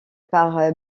par